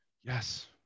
Yes